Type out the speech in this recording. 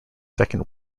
second